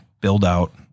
build-out